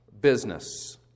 business